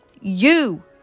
you